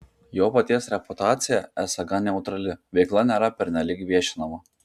jo paties reputacija esą gan neutrali veikla nėra pernelyg viešinama